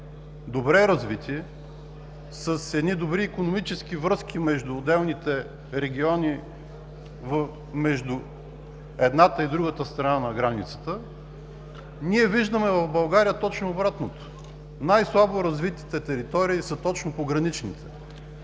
добре развити, с едни добри икономически връзки между отделните региони, между едната и другата страна на границата, ние виждаме в България точно обратното – най-слабо развитите територии са точно пограничните,